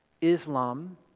Islam